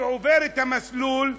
שעובר את המסלול,